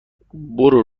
برو